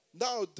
Now